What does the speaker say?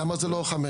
למה זה לא חמש?